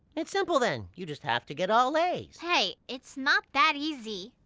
it's simple then, you just have to get all a's. hey! it's not that easy.